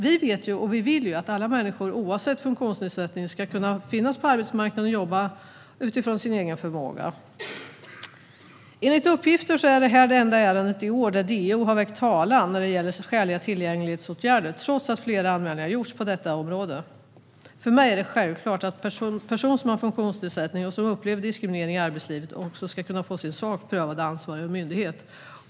Vi vill att alla människor oavsett funktionsnedsättning ska kunna finnas på arbetsmarknaden och jobba utifrån sin egen förmåga. Enligt uppgifter är detta det enda ärendet i år där DO väckt talan när det gäller skäliga tillgänglighetsåtgärder, trots att flera anmälningar har gjorts på detta område. För mig är det självklart att en person som har en funktionsnedsättning och som upplever diskriminering i arbetslivet också ska kunna få sin sak prövad av ansvarig myndighet.